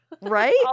right